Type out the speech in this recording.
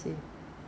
no lah